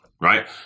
right